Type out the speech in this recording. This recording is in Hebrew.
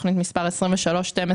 תוכנית מס' 23-1203,